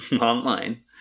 online